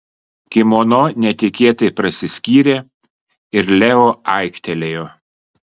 kimono netikėtai prasiskyrė ir leo aiktelėjo